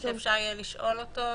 שאפשר יהיה לשאול אותו?